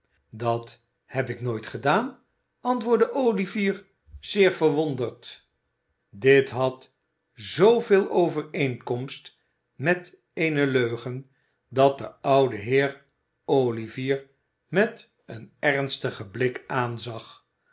dat heb ik nooit gedaan antwoordde olivier zeer verwonderd dit had zooveel overeenkomst met eene leu gen dat de oude heer olivier met een ernstigen blik aanzag